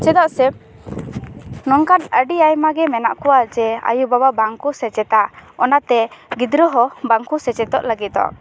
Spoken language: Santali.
ᱪᱮᱫᱟᱜ ᱥᱮ ᱱᱚᱝᱠᱟᱱ ᱟᱹᱰᱤ ᱟᱭᱢᱟ ᱜᱮ ᱢᱮᱱᱟᱜ ᱠᱚᱣᱟ ᱡᱮ ᱟᱭᱳ ᱵᱟᱵᱟ ᱵᱟᱝ ᱠᱚ ᱥᱮᱪᱮᱫᱟ ᱚᱱᱟᱛᱮ ᱜᱤᱫᱽᱨᱟᱹ ᱦᱚᱸ ᱵᱟᱝᱠᱚ ᱥᱮᱪᱮᱫᱚᱜ ᱞᱟᱹᱜᱤᱫᱚᱜ